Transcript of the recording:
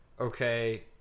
okay